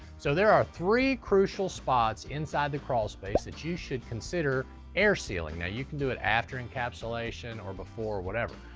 so there are three crucial spots inside the crawl space that you should consider air sealing. now, you can do it after encapsulation, or before, or whatever,